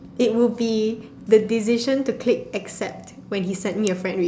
it would be the decision to click accept when he sent me a friend re